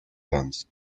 guns